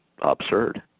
absurd